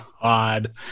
Odd